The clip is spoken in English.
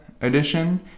edition